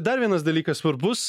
dar vienas dalykas svarbus